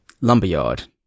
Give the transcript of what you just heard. Lumberyard